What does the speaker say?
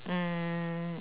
mm